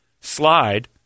slide